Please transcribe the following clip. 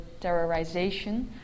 terrorization